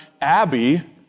Abby